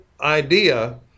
idea